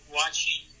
watching